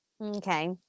Okay